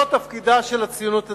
זה תפקידה של הציונות הדתית.